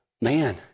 man